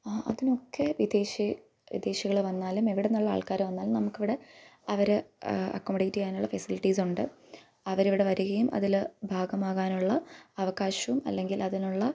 ആ അതിനൊക്കെ വിദേശി വിദേശികൾ വന്നാലും എവിടെ നിന്നുള്ള ആൾക്കാർ വന്നാലും നമുക്കിവിടെ അവരെ അക്കൊമഡേറ്റ് ചെയ്യാനുള്ള ഫെസിലിറ്റീസ് ഉണ്ട് അവരിവിടെ വരികയും അതിൽ ഭാഗമാകാനുള്ള അവകാശവും അല്ലെങ്കിൽ അതിനുള്ള